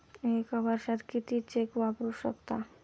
एका वर्षात किती चेक वापरू शकता?